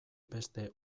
beste